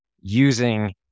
using